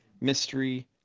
mystery